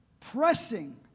pressing